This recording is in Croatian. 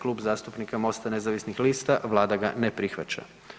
Klub zastupnika MOST-a nezavisnih lista vlada ga ne prihvaća.